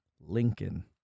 Lincoln